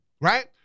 right